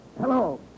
Hello